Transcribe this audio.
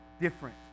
different